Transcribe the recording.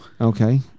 Okay